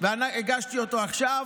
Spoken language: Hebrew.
ואני הגשתי אותו עכשיו.